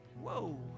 whoa